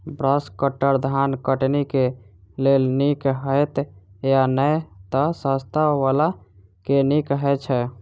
Brush cutter धान कटनी केँ लेल नीक हएत या नै तऽ सस्ता वला केँ नीक हय छै?